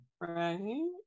Right